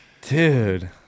dude